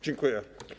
Dziękuję.